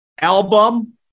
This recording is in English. album